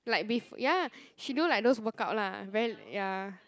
like bef~ ya she do like those workout lah very ya